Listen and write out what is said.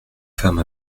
femme